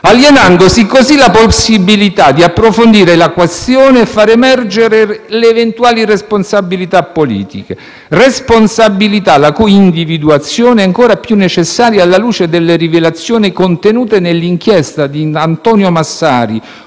alienandosi così la possibilità di approfondire la questione e far emergere le eventuali responsabilità politiche, responsabilità la cui individuazione è ancora più necessaria alla luce delle rivelazioni contenute nell'inchiesta di Antonio Massari,